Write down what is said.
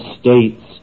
state's